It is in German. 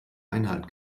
einhalt